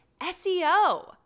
SEO